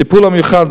טיפול מיוחד,